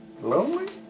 Lonely